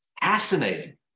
fascinating